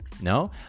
no